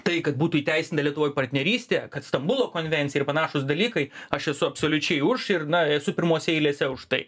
tai kad būtų įteisinta lietuvoj partnerystė kad stambulo konvencija ir panašūs dalykai aš esu absoliučiai už ir na esu pirmose eilėse už tai